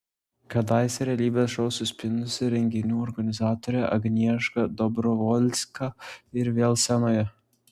kadaise realybės šou suspindusi renginių organizatorė agnieška dobrovolska ir vėl scenoje